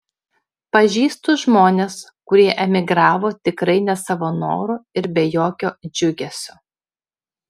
pažįstu žmones kurie emigravo tikrai ne savo noru ir be jokio džiugesio